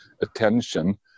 attention